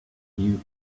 you